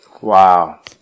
Wow